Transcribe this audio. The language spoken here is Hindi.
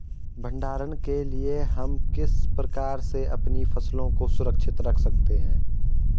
भंडारण के लिए हम किस प्रकार से अपनी फसलों को सुरक्षित रख सकते हैं?